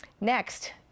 Next